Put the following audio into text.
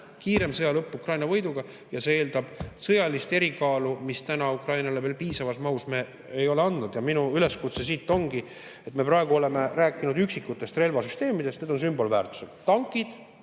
kiirem sõja lõpp Ukraina võiduga, ja see eeldab sõjalist erikaalu, mida me täna Ukrainale veel piisavas mahus ei ole andnud. Ja minu üleskutse siit ongi, et me praegu oleme rääkinud üksikutest relvasüsteemidest, need on sümbolväärtusega: tankid,